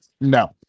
No